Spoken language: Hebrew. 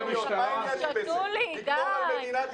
שתו לי, די.